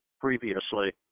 previously